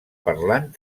parlant